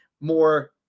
more